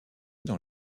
dans